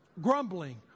grumbling